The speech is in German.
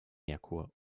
merkur